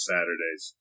Saturdays